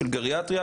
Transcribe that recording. של גריאטריה.